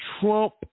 Trump